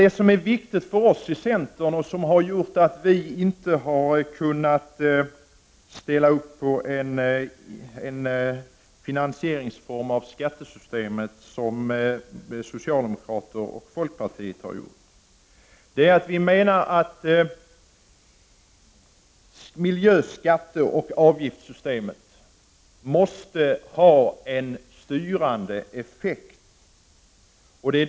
Det som är viktigt för oss i centern, som har gjort att vi inte har kunnat ställa upp på den finansiering av skattesystemet som socialdemokraterna och folkpartiet står bakom, är att systemet med miljöskatter och miljöavgifter måste ha en styrande effekt.